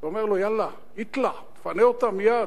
ואומר לו: יאללה, אטְלַע, תפנה אותם מייד.